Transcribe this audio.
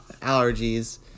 allergies